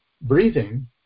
breathing